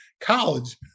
college